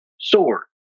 sword